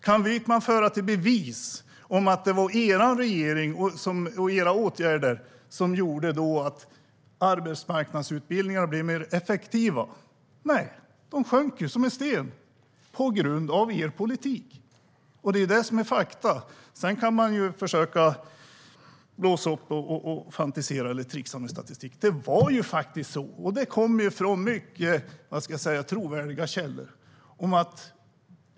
Kan Wykman leda i bevis att det var er regering och era åtgärder som gjorde att arbetsmarknadsutbildningarna blev effektivare? Nej. De sjönk ju som en sten på grund av er politik. Det är fakta. Sedan kan man försöka blåsa upp det eller trixa med statistiken. Det var så här det var, och det kommer från mycket trovärdiga källor.